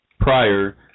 prior